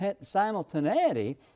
simultaneity